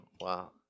Wow